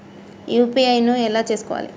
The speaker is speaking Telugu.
యూ.పీ.ఐ ను ఎలా చేస్కోవాలి?